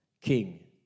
king